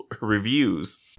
reviews